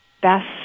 best